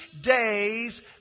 days